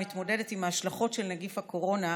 מתמודדת עם ההשלכות של נגיף הקורונה,